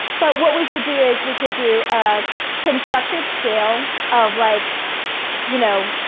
but what we could do is we could do a constructed scale of like you know